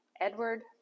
Edward